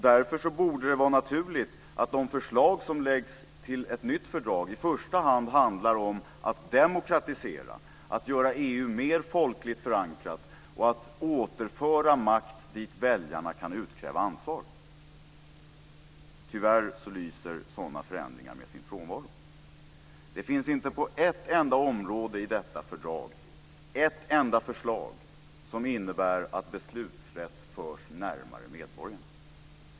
Därför borde det vara naturligt att de förslag som läggs fram om ett nytt fördrag i första hand handlar om att demokratisera, att göra EU mer folkligt förankrat och att återföra makt dit där väljarna kan utkräva ansvar. Tyvärr lyser sådana förändringar med sin frånvaro. Det finns inte på ett enda område i detta fördrag ett enda förslag som innebär att beslutsrätt förs närmare medborgarna.